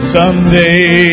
someday